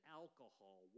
alcohol